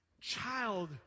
Child